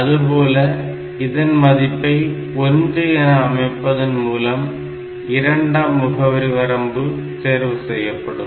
அதுபோல இதன் மதிப்பை 1 என அமைப்பதன் மூலம் இரண்டாம் முகவரி வரம்பு தேர்வு செய்யப்படும்